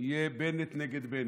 יהיה בנט נגד בנט,